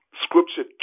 Scripture